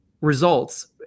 results